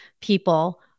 people